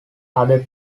other